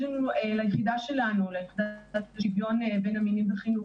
ליחידה שלנו לשוויון בין המינים בחינוך